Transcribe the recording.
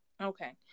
Okay